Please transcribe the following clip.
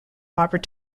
barbara